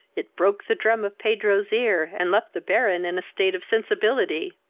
it broke the drum of pedro's ear, and left the baron in a state of sensibility.